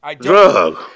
Drug